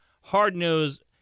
hard-nosed